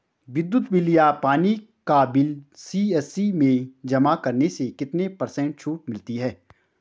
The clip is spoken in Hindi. विद्युत बिल या पानी का बिल सी.एस.सी में जमा करने से कितने पर्सेंट छूट मिलती है?